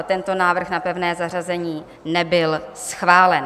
Tento návrh na pevné zařazení nebyl schválen.